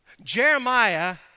Jeremiah